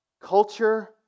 Culture